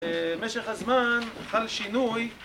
במשך הזמן, חל שינוי